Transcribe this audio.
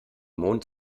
mond